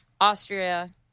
Austria